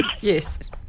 Yes